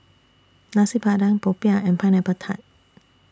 Nasi Padang Popiah and Pineapple Tart